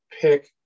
pick